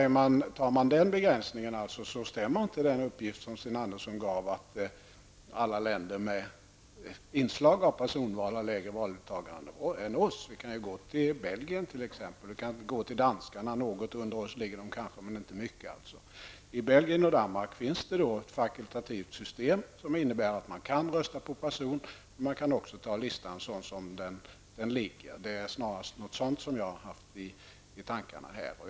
Gör man denna begränsning stämmer inte den uppgift som Sten Andersson lämnade: att alla länder med inslag av personval har ett lägre valdeltagande än Sverige. Man kan nämna Belgien och Danmark. Danmark har kanske ett lägre valdeltagande än Sverige, men det skiljer inte mycket. I Belgien och Danmark finns det ett fakultativt system, som innebär att man kan rösta på en person, men man kan också välja listan sådan som den är. Det är något sådant som jag har haft i tankarna.